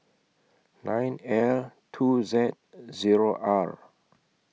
nine L two Z O R